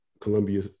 Columbia